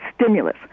stimulus